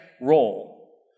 role